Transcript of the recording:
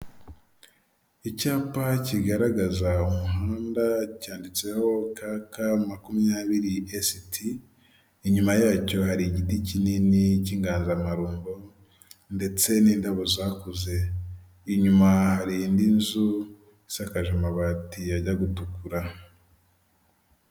Icyapa kigaragaza umuhanda cyanditseho KK makumyabiri CT, inyuma yacyo hari igiti kinini cy'inganzamarumbo ndetse n'indabo zakuze, inyuma hari indi nzu isakaje amabati ajya gutukura.